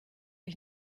ich